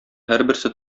һәрберсе